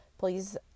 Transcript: Please